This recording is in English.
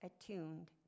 attuned